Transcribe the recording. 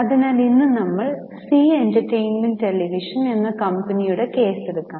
അതിനാൽ ഇന്ന് നമ്മൾ സീ എന്റർടൈൻമെന്റ് ടെലിവിഷൻ എന്ന കമ്പനിയുടെ കേസ് എടുക്കാം